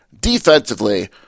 defensively